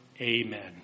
Amen